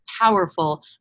powerful